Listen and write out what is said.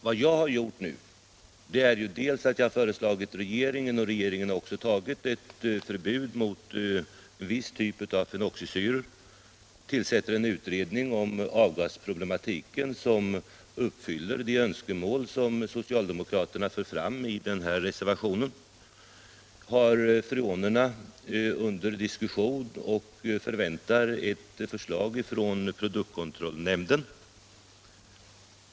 Vad jag har gjort nu är dels att jag har föreslagit regeringen — och regeringen har accepterat förslaget — ett förbud mot viss typ av fenoxisyror. Regeringen tillsätter också en utredning om avgasproblematiken, vilket uppfyller de önskemål som socialdemokraterna för fram i reservationen. Regeringen har sin uppmärksamhet riktad på dessa frågor och förväntar ett förslag från produktkontrollnämnden.